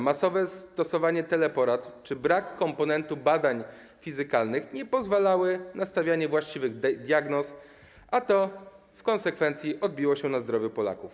Masowo stosowane teleporady czy brak komponentu badań fizykalnych nie pozwalały na stawianie właściwych diagnoz, co w konsekwencji odbiło się na zdrowiu Polaków.